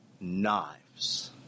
knives